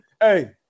hey